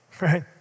right